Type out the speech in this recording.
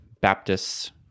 Baptists